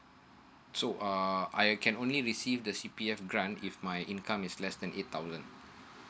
so uh I I can only receive the c p f grant if my income is less than eight thousand